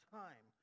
time